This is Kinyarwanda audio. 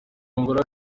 angola